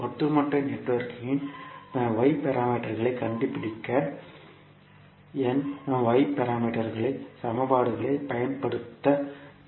ஒட்டுமொத்த நெட்வொர்க்கின் y பாராமீட்டர்களைக் கண்டுபிடிக்க ந y பாராமீட்டர்கள் சமன்பாடுகளைப் பயன்படுத்த வேண்டும்